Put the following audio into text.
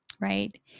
Right